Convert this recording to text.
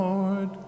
Lord